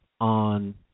on